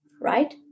right